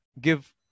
give